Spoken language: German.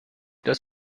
das